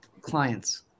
clients